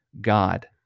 God